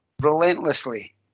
relentlessly